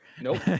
nope